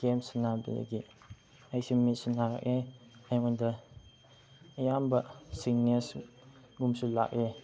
game ꯁꯥꯟꯅꯕꯒꯤ ꯑꯩꯁꯦ ꯃꯤꯠꯁꯨ ꯅꯥꯔꯛꯑꯦ ꯑꯩꯉꯣꯟꯗ ꯑꯌꯥꯝꯕ ꯁꯤꯛꯅꯦꯁꯒꯨꯝꯕꯁꯨ ꯂꯥꯛꯑꯦ